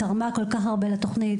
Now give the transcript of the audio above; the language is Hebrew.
תרמה כול כך הרבה לתוכנית.